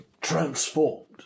transformed